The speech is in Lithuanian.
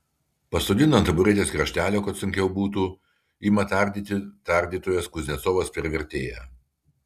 pasodina ant taburetės kraštelio kad sunkiau būtų ima tardyti tardytojas kuznecovas per vertėją